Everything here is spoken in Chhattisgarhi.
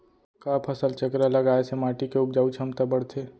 का फसल चक्र लगाय से माटी के उपजाऊ क्षमता बढ़थे?